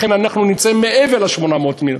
לכן, אנחנו נמצאים מעבר ל-800 מיליון.